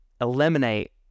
eliminate